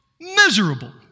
miserable